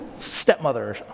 stepmother